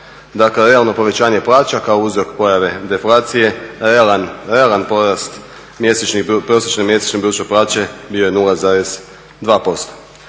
dakle realno povećanje plaća kao uzrok pojave deflacije, realan porast prosječne mjesečne bruto plaće bio je 0,2%.